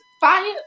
fire